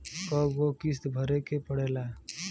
कय गो किस्त भरे के पड़ेला?